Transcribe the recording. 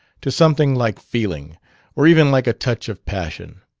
to something like feeling or even like a touch of passion.